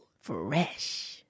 Fresh